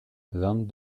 vingt